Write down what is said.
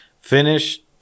Finished